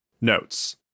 Notes